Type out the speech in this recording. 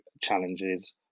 challenges